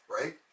right